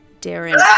Darren